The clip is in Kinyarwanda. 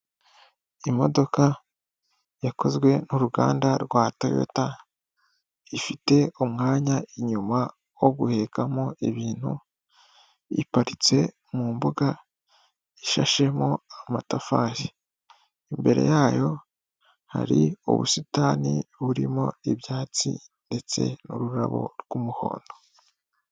Imodoka yakozwe n'uruganda rwa Toyota, ifite umwanya inyuma wo guhekamo ibintu, iparitse mu mbuga ishashemo amatafari. Imbere yayo hari ubusitani burimo ibyatsi ndetse n'ururabo rw'umuhondo.